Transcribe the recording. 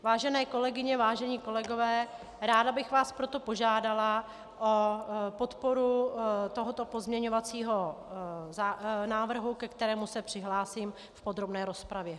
Vážené kolegyně, vážení kolegové, ráda bych vás proto požádala o podporu tohoto pozměňovacího návrhu, ke kterému se přihlásím v podrobné rozpravě.